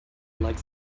like